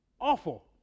awful